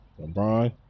LeBron